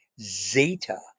zeta